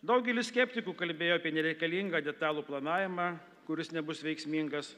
daugelis skeptikų kalbėjo apie nereikalingą detalų planavimą kuris nebus veiksmingas